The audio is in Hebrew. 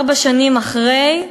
ארבע שנים אחרי,